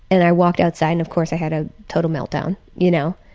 and i walked outside and of course i had a total meltdown, you know,